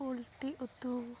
poultry ᱩᱛᱩ